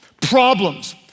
problems